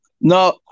No